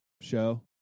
show